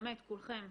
באמת, כולכם.